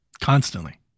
constantly